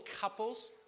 couples